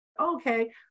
Okay